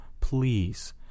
please